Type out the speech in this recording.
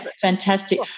fantastic